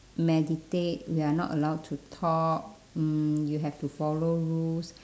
meditate we are not allowed to talk mm you have to follow rules